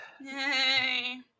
Yay